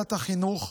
ולוועדת החינוך,